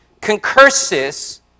concursus